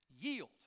yield